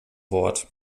wort